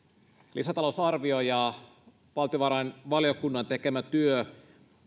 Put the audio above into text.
lisätalousarvio ja valtiovarainvaliokunnan tekemä työ